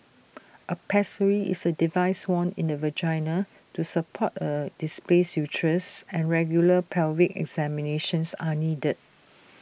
A pessary is A device worn in the vagina to support A displaced uterus and regular pelvic examinations are needed